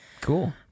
Cool